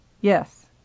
Yes